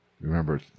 Remember